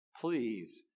Please